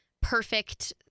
perfect